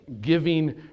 giving